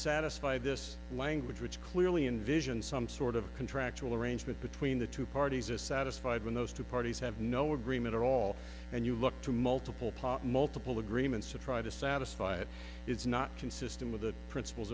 satisfy this language which clearly invision some sort of contractual arrangement between the two parties is satisfied when those two parties have no agreement at all and you to multiple part multiple agreements to try to satisfy it is not consistent with the princip